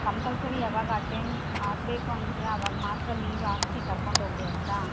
compulsory ಯಾವಾಗ attend ಆಗಬೇಕು ಅಂತೀರ ಅವಾಗ ಮಾತ್ರ ಲೀವ್ ಹಾಕ್ಸಿ ಕರ್ಕೊಂಡು ಹೋಗಿ ಆಯಿತಾ